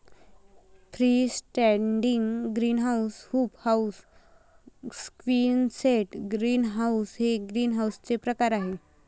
free standing greenhouse, hoop house, quonset greenhouse हे ग्रीनहाऊसचे प्रकार आहे